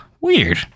weird